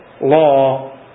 law